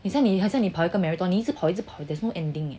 好像好像你一直跑那个 marathon 一直跑一直跑 there's no ending